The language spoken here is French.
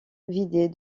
vidée